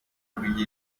kugira